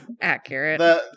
Accurate